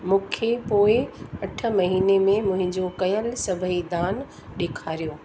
मूंखे पोइ अठ महीने में मुंहिंजो कयल सभई दान ॾेखारियो